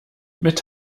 mit